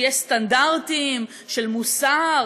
שיש סטנדרטים של מוסר